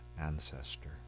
ancestor